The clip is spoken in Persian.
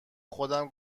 خودم